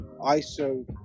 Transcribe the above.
ISO